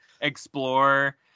explore